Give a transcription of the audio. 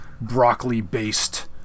broccoli-based